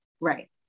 Right